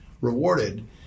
rewarded